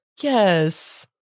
Yes